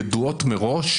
ידועות מראש,